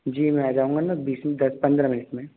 जी मैं आ जाऊंगा ना बीस दस पंद्रह मिनट में